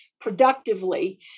productively